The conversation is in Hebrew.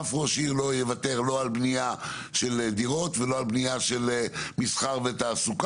אף ראש עיר לא יוותר לא על בניה של דירות ולא על בניה של מסחר ותעסוקה,